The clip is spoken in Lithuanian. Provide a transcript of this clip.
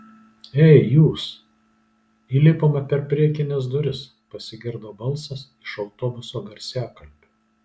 ei jūs įlipama per priekines duris pasigirdo balsas iš autobuso garsiakalbio